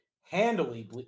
handily